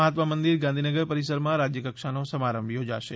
મહાત્મા મંદિર ગાંધીનગર પરિસરમાં રાજ્યકક્ષાનો સમારંભ યોજાશે